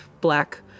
black